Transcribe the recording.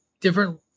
different